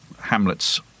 Hamlet's